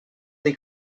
dei